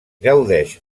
gaudeix